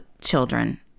children